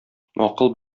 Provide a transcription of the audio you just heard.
акыл